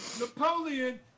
Napoleon